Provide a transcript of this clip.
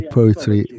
Poetry